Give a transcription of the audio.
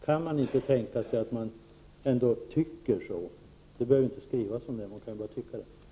Kan man inte tänka sig att ändå ”tycka” så? Det behöver inte skrivas någonting om detta; man behöver bara tycka på det här sättet.